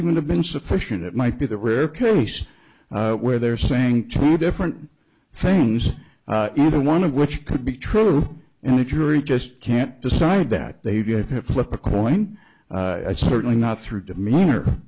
even have been sufficient it might be the rare case where they're saying two different things either one of which could be true and the jury just can't decide that they do have to flip a coin it's certainly not through demeanor